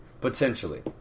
potentially